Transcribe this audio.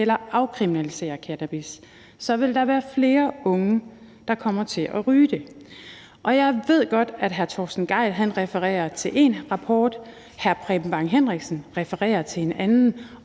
eller afkriminaliserer cannabis, vil der være flere unge, der kommer til at ryge det. Jeg ved godt, at hr. Torsten Gejl refererer til én rapport. Hr. Preben Bang Henriksen refererer til en anden,